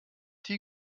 die